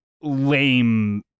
lame